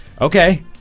Okay